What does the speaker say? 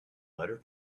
letter